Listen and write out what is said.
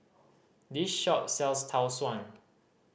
this shop sells Tau Suan